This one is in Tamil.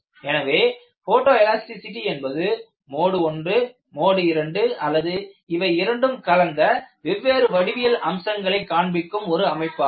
எனவே ஃபோட்டோ எலாஸ்டிசிடி என்பது மோடு 1 மோடு 2 அல்லது இவை இரண்டும் கலந்த வெவ்வேறு வடிவியல் அம்சங்களைக் காண்பிக்கும் ஒரு அமைப்பாகும்